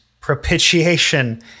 propitiation